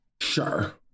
sure